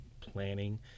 planning